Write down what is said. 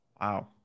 Wow